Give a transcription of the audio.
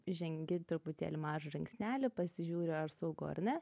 žengi truputėlį mažą žingsnelį pasižiūri ar saugu ar ne